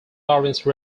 lawrence